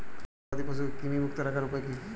গবাদি পশুকে কৃমিমুক্ত রাখার উপায় কী?